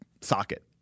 socket